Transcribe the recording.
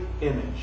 image